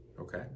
Okay